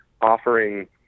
offering